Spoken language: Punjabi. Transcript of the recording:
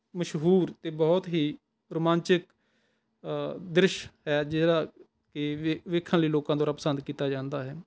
ਮਸ਼ਹੂਰ ਅਤੇ ਬਹੁਤ ਹੀ ਰੋਮਾਂਚਕ ਦ੍ਰਿਸ਼ ਹੈ ਜਿਹੜਾ ਕਿ ਵੇ ਵੇਖਣ ਲਈ ਲੋਕਾਂ ਦੁਆਰਾ ਪਸੰਦ ਕੀਤਾ ਜਾਂਦਾ ਹੈ